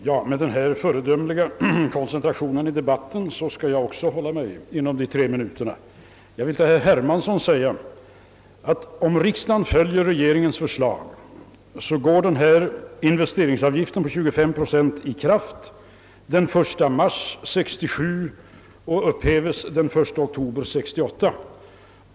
Herr talman! Efter denna föredömliga koncentration i debatten skall även jag hålla mig inom de tre minuterna. Jag vill säga till herr Hermansson att om riksdagen följer regeringens förslag träder beslutet om investeringsavgiften på 25 procent i kraft den 1 mars 1967 och upphäves den 1 oktober 1968.